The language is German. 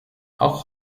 auch